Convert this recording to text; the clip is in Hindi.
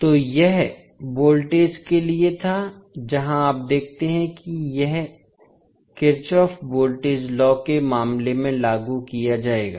तो यह वोल्टेज के लिए था जहां आप देखते हैं यह किरचॉफ वोल्टेज लॉ के मामले में लागू किया जाएगा